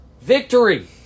victory